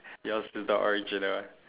yours is the original one